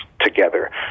together